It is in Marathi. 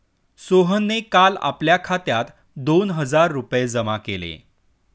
सोहनने काल आपल्या खात्यात दोन हजार रुपये जमा केले